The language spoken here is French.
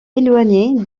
éloignée